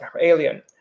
alien